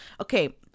Okay